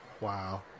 Wow